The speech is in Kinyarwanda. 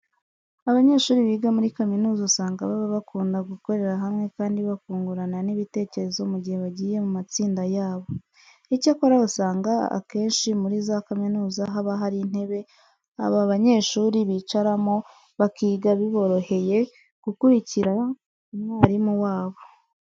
Abanyeshuri biga muri kaminuza usanga baba bakunda gukorera hamwe kandi bakungurana n'ibitekerezo mu gihe bagiye mu matsinda yabo. Icyakora usanga akenshi muri za kaminuza haba hari intebe aba banyeshuri bicaramo bakiga biboroheye gukurikira umwarimu wabo.